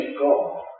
God